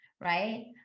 Right